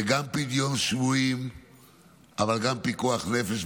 זה גם פדיון שבויים אבל גם פיקוח נפש,